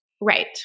Right